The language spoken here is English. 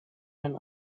when